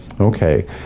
Okay